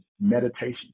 meditation